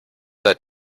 that